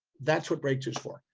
that's what breakthrough is for,